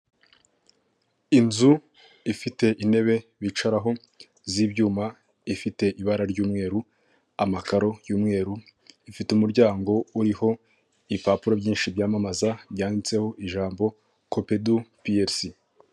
Inzu ifite intebe bicaraho z'ibyuma, ifite ibara ry'umweru, amakaro y'umweru, ifite umuryango uriho ibipapuro byinshi byamamaza byanditseho ijambo kopedu piyesi.